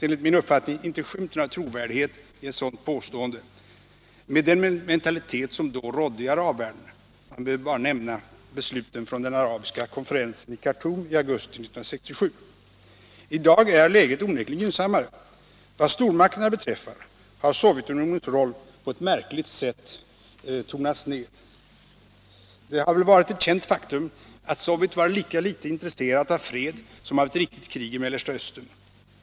Enligt min uppfattning finns det inte skymten av trovärdighet i ett sådant påstående, med den mentalitet som då rådde i arabvärlden. Man behöver bara nämna besluten från den arabiska konferensen i Khartum i augusti 1967. I dag är läget onekligen gynnsammare. Vad stormakterna beträffar har Sovjetunionens roll på ett märkligt sätt tonats ner. Det har väl varit ett känt faktum att Sovjet var lika litet intresserat av fred som av ett riktigt krig i Mellersta Östern.